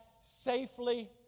safely